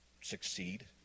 succeed